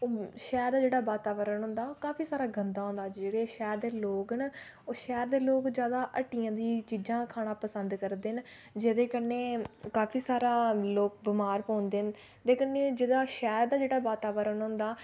शैह्र दा जेह्ड़ा वातावरण होंदा काफी सारा गंदा होंदा जेह्ड़े शैह्र दो लोक न ओह् शैह्र दे लोक जादा हट्टियें दी चीज़ां खाना पसंद करदे न जेह्दे कन्नै काफी सारा लोक बमार पौंदे न ते लेकिन में शैह्र दा जेह्ड़ा वातावरण होंदा